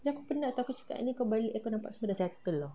then aku penat [tau] aku cakap dengan dia kau balik kau nampak semua dah settle [tau]